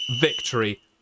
victory